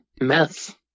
Meth